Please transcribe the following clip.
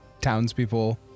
townspeople